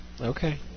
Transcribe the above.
Okay